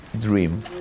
dream